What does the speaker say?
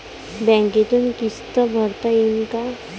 बँकेतून किस्त भरता येईन का?